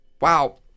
Wow